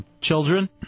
Children